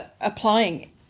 applying